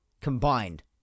combined